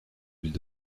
ville